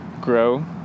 grow